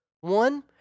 One